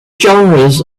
genres